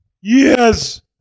Yes